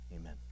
Amen